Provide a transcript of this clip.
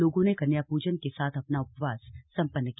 लोगों ने कन्या पूजन के साथ अपना उपवास संपन्न किया